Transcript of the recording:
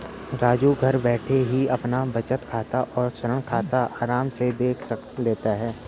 राजू घर बैठे ही अपना बचत खाता और ऋण खाता आराम से देख लेता है